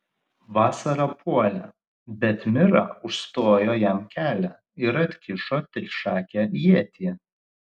vasara puolė bet mira užstojo jam kelią ir atkišo trišakę ietį